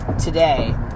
today